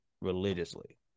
religiously